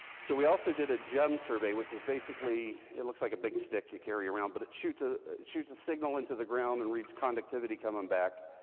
so we also did a gem survey, which is basically, it looks like a big stick you carry around, but it shoots a, it shoots a signal into the ground, and reads conductivity coming back.